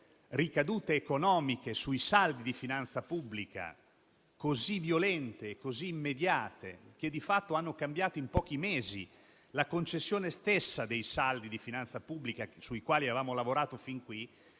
ricadute economiche sui saldi di finanza pubblica così violente e così immediate, che di fatto hanno cambiato in pochi mesi la concezione stessa dei saldi di finanza pubblica sui quali avevamo lavorato fin qui.